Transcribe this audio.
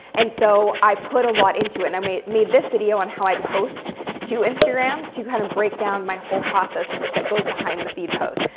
and so i put a lot into it, and i made made this video on how i post to instagram, to kind of break down my whole process ah that goes behind the feed posts.